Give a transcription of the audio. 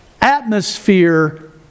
atmosphere